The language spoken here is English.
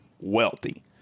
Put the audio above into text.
wealthy